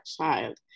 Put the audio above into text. child